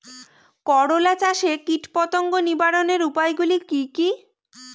করলা চাষে কীটপতঙ্গ নিবারণের উপায়গুলি কি কী?